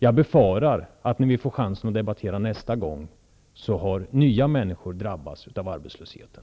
Jag befarar att det nästa gång vi får chansen att debattera detta ämne är så, att ännu fler har drabbats av arbetslösheten.